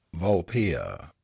Volpea